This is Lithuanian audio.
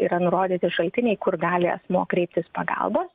yra nurodyti šaltiniai kur gali asmuo kreiptis pagalbos